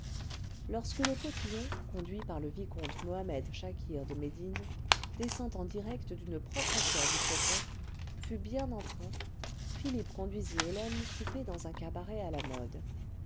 lorsque le cotillon conduit par le vicomte mohammed chakir de médine descendant direct d'une propre soeur du prophète fut bien en train philippe conduisit hélène souper dans un cabaret à la mode